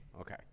Okay